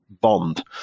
Bond